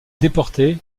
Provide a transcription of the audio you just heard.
déportée